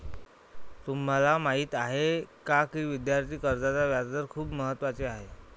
तुम्हाला माहीत आहे का की विद्यार्थी कर्जाचे व्याजदर खूप महत्त्वाचे आहेत?